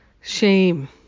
shame